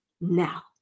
now